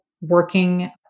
working